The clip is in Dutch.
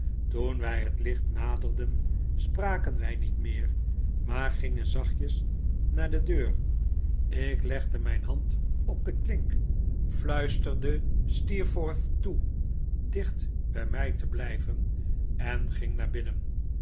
toen wij het licht naderden spraken wij niet meer maar gingen zachtjes naar de deur ik legde mijn hand op de klink fluisterde steerforth toe dicht bij mij te blijven en ging naar binnen